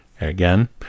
again